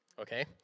Okay